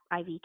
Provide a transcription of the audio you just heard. IV